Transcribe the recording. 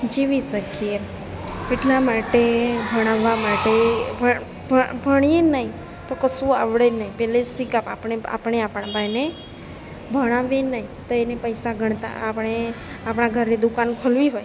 જીવી શકીએ એટલા માટે ભણાવવા માટે ભણ ભણ ભણીએ નહીં તો કશું આવડે નહીં પહેલેથી જ આપણે આપણા ભાઈને ભણાવવી નહીં તો એને પૈસા ગણતાં આવડે આપણાં ઘરની દુકાન ખોલવી હોય